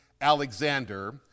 Alexander